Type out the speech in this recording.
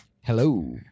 Hello